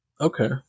Okay